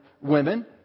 women